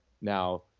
Now